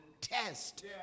test